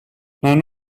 none